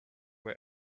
were